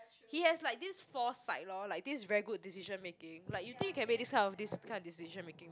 he has like this foresight lor like this very good decision making like you think you can make this kind of this kind of decision making